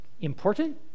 important